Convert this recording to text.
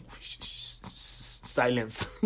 silence